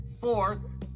Fourth